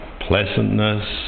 pleasantness